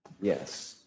Yes